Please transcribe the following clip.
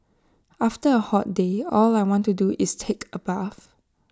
after A hot day all I want to do is take A bath